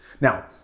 Now